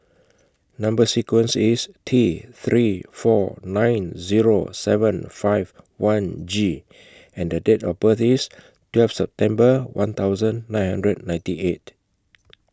Number sequence IS T three four nine Zero seven five one G and The Date of birth IS twelfth September one thousand nine hundred ninety eight